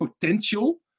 potential